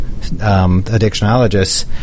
addictionologists